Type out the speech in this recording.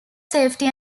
safety